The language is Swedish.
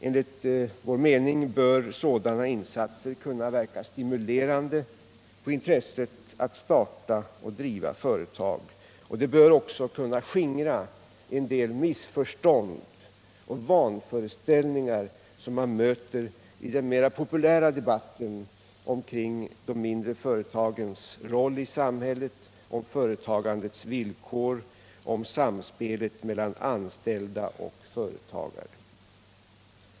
Enligt vår mening bör sådana insatser kunna verka stimulerande på intresset för att starta och driva företag. De bör också kunna skingra en del missförstånd och vanföreställningar som man möter i den mera populära debatten om de mindre företagens roll i samhället, om företagandets villkor, om samspelet mellan anställda och företagare.